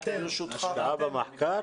השקעה במחקר?